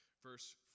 Verse